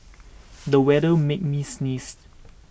the weather made me sneeze